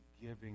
giving